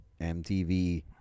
MTV